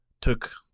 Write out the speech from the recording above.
took